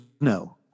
no